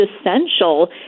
essential